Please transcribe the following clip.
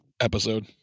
episode